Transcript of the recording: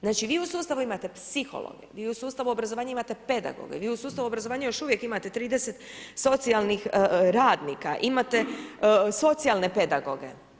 Znači vi u sustavu imate psihologe, vi u sustavu obrazovanja imate pedagoge, vi u sustavu obrazovanja još uvijek imate 30 socijalnih radnika, imate socijalne pedagoge.